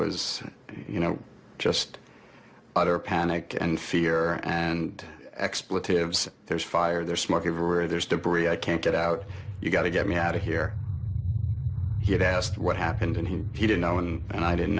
was you know just utter panic and fear and expletives there's fire there's smoke everywhere there's debris i can't get out you got to get me out of here he had asked what happened and he he didn't know and i didn't